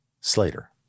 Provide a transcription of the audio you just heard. Slater